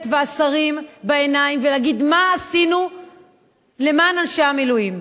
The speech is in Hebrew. והשרים בעיניים ולהגיד מה עשינו למען אנשי המילואים.